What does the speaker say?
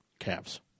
Cavs